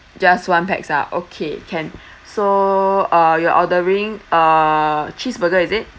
just one pax ah okay can so uh you're ordering a cheeseburger is it